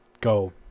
go